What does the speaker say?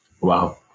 Wow